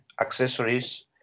accessories